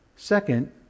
Second